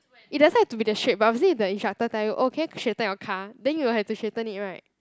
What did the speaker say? it doesn't have to be that straight but obviously if the instructor tell you oh can you straighten your car then you will have to straighten it [right]